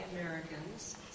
Americans